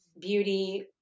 beauty